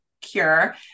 cure